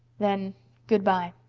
then good-bye,